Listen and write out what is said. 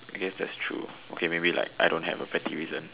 I guess that's true okay maybe like I don't have a petty reason